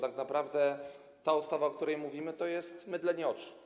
Tak naprawdę ta ustawa, o której mówimy, to jest mydlenie oczu.